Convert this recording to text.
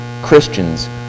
Christians